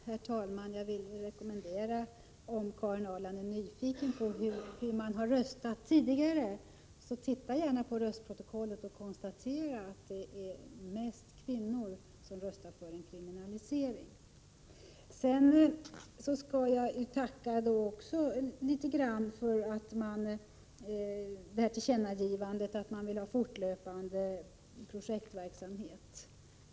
Herr talman! Om Karin Ahrland är nyfiken på hur man har röstat tidigare, kan jag rekommendera henne att studera röstprotokollet. Därvid kan hon konstatera att det är mest kvinnor som röstat för en kriminalisering av prostitutionskontakter. Även jag vill tacka för tillkännagivandet om att man vill ha fortlöpande social projektverksamhet.